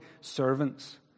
servants